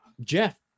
Jeff